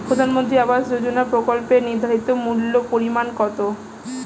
প্রধানমন্ত্রী আবাস যোজনার প্রকল্পের নির্ধারিত মূল্যে পরিমাণ কত?